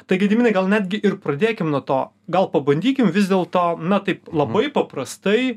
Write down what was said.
tai gediminai gal netgi ir pradėkim nuo to gal pabandykim vis dėlto na taip labai paprastai